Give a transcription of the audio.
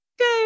Okay